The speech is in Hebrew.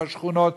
בשכונות,